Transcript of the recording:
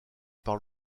par